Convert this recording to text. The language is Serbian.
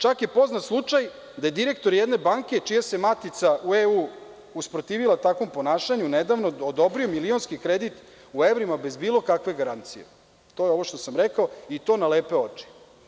Čak, je poznat slučaj da je direktor jedne banke, čija se matica u EU usprotivila takvom ponašanju, nedavno odobrio milionski kredit u evrima, bez bilo kakve garancije, to je ovo što sam rekao i to na lepe oči.